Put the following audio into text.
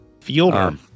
fielder